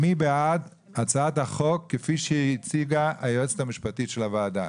מי בעד הצעת החוק כפי שהציגה היועצת המשפטית של הוועדה?